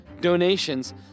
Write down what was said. donations